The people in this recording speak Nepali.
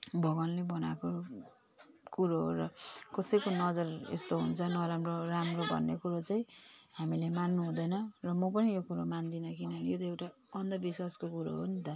भगवानले बनाएको कुरो हो र कसैको नजर यस्तो हुन्छ नराम्रो राम्रो भन्ने कुरो चाहिँ हामीले मान्नुहुँदैन र म पनि यो कुरो मान्दिनँ किनकि यो चाहिँ एउटा अन्धविश्वासको कुरो हो नि त